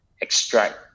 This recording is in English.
extract